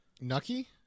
nucky